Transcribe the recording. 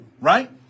right